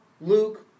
Luke